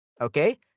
okay